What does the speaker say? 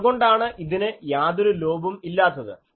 അതുകൊണ്ടാണ് ഇതിന് യാതൊരു ലോബും ഇല്ലാത്തത്